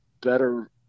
better